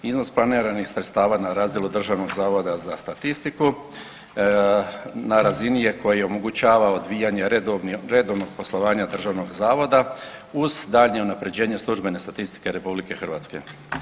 Iznos planiranih sredstava na razdjelu Državnog zavoda za statistiku na razini je koja omogućava odvijanje redovnog poslovanja Državnog zavoda uz daljnje unapređenje službene statistike RH.